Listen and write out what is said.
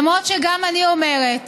למרות שגם אני אומרת